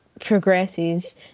progresses